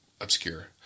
obscure